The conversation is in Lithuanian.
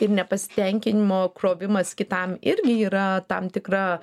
ir nepasitenkinimo krovimas kitam irgi yra tam tikra